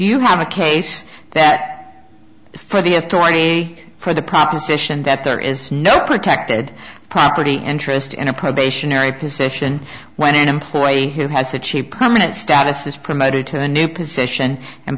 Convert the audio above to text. you have a case that for the authority for the proposition that there is no protected property interest in a probationary position when an employee has a cheap permanent status is promoted to a new position and